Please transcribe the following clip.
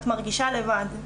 את מרגישה לבד.